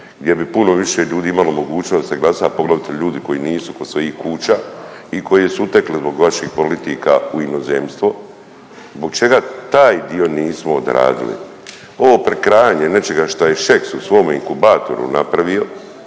gdje bi puno više imalo mogućnost da glasa, poglavito ljudi koji nisu kod svojih kuća i koji su utekli zbog vaših politika u inozemstvo. Zbog čega taj dio nismo odradili? Ovo prekrajanje nečega što je Šeks u svom inkubatoru napravio